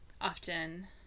often